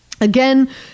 Again